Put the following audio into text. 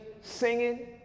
singing